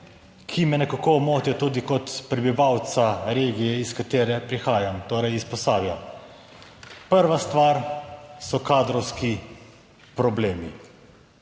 ki me nekako motijo tudi kot prebivalca regije iz katere prihajam, torej iz Posavja. Prva stvar so kadrovski problemi.